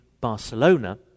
Barcelona